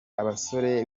abasore